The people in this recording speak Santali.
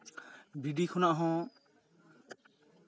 ᱵᱷᱤᱰᱤ ᱠᱷᱚᱱᱟᱜ ᱦᱚᱸ